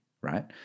right